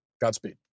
Godspeed